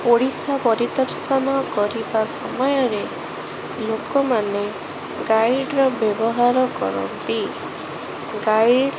ଓଡ଼ିଶା ପରିଦର୍ଶନ କରିବା ସମୟରେ ଲୋକମାନେ ଗାଇଡ଼ର ବ୍ୟବହାର କରନ୍ତି ଗାଇଡ଼